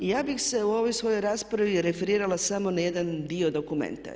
I ja bih se u ovoj svojoj raspravi referirala samo na jedan dio dokumenta.